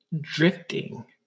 drifting